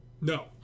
No